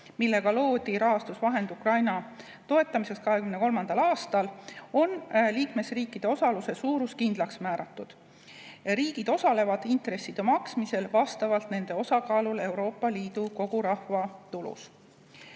millega loodi rahastusvahend Ukraina toetamiseks 2023. aastal, on liikmesriikide osaluse suurus kindlaks määratud. Riigid osalevad intresside maksmisel vastavalt nende osakaalule Euroopa Liidu kogurahvatulus.14.